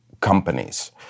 companies